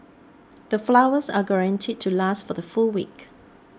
the flowers are guaranteed to last for the full week